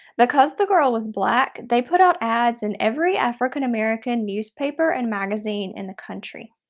because the girl was black, they put out ads in every african american newspaper and magazine in the country.